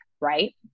right